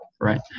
right